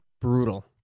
Brutal